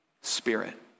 Spirit